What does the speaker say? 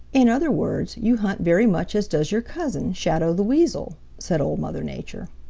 in other words, you hunt very much as does your cousin, shadow the weasel, said old mother nature.